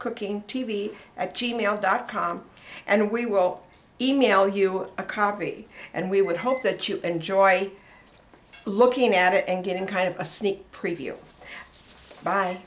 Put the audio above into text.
cooking t v at g mail dot com and we will email you a copy and we would hope that you enjoy looking at it and getting kind of a sneak preview by